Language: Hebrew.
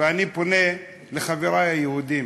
ואני פונה לחברי היהודים,